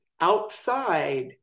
outside